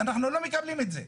אנחנו לא מקבלים את זה.